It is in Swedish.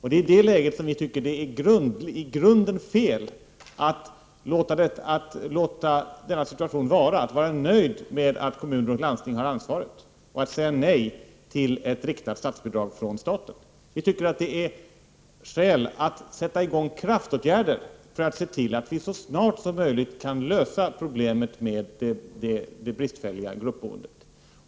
I det läget tycker jag att det i grunden är fel att låta deras situation vara oförändrad och vara nöjd med att kommuner och landsting har ansvaret och säga nej till riktat statsbidrag. Vi tycker att det är skäl att sätta in kraftåtgärder för att se till att vi så snart som möjligt kan lösa problemet med det bristfälliga gruppboendet.